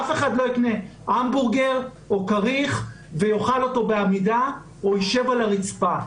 אף אחד לא יקנה המבורגר או כריך ויאכל אותו בעמידה או ישב על הרצפה.